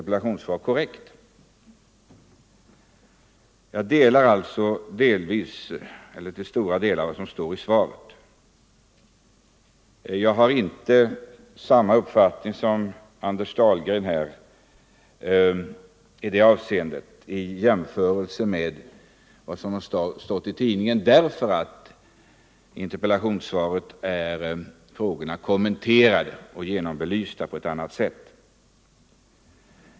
Jag instämmer alltså till stora delar i vad som står i svaret. Jag har inte samma uppfattning som herr Dahlgren när det gäller vad som stått i tidningen, därför att frågorna i interpellationssvaret är kommenterade och belysta på ett annat sätt.